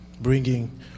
Bringing